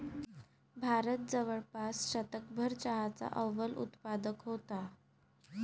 भारत जवळपास शतकभर चहाचा अव्वल उत्पादक होता